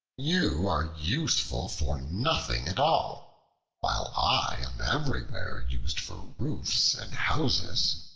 you are useful for nothing at all while i am everywhere used for roofs and houses.